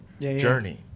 journey